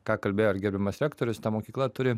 ką kalbėjo ir gerbiamas rektorius ta mokykla turi